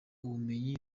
ubumenyi